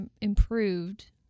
improved